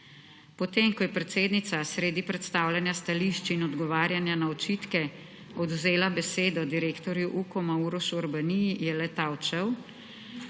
Potem, ko je predsednica sredi predstavljanja stališč in odgovarjanja na očitke odvzela besedo direktorju Ukoma, Urošu Urbaniju, je le ta